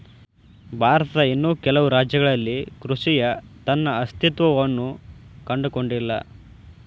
ಭಾರತದ ಇನ್ನೂ ಕೆಲವು ರಾಜ್ಯಗಳಲ್ಲಿ ಕೃಷಿಯ ತನ್ನ ಅಸ್ತಿತ್ವವನ್ನು ಕಂಡುಕೊಂಡಿಲ್ಲ